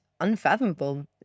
unfathomable